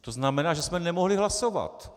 To znamená, že jsme nemohli hlasovat.